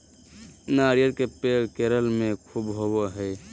नारियल के पेड़ केरल में ख़ूब होवो हय